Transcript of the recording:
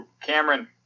Cameron